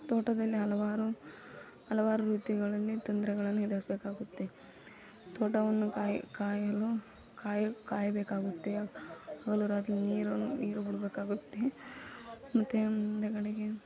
ತೋಟದಲ್ಲಿ ಹಲವಾರು ಹಲವಾರು ರೀತಿಗಳಲ್ಲಿ ತೊಂದರೆಗಳನ್ನು ಎದುರಿಸಬೇಕಾಗುತ್ತೆ ತೋಟವನ್ನು ಕಾಯಿ ಕಾಯಲು ಕಾಯಿ ಕಾಯಬೇಕಾಗುತ್ತೆ ಹಗಲು ರಾತ್ರಿ ನೀರನ್ನು ನೀರು ಬಿಡಬೇಕಾಗುತ್ತೆ ಮತ್ತು ಹಿಂದುಗಡೆಗೆ